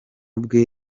bwe